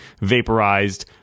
vaporized